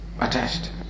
attached